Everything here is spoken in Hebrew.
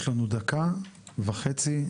יש לנו דקה וחצי,